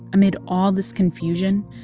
amid all this confusion,